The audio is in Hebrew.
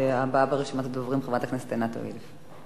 הבאה ברשימת הדוברים היא חברת הכנסת עינת וילף.